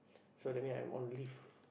so that mean I'm on leave